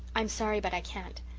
i'm sorry, but i can't.